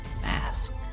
mask